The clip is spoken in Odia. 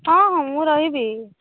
ହଁ ହଁ ମୁଁ ରହିବି